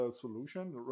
solution